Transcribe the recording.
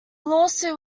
lawsuit